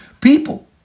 people